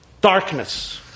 darkness